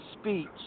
speech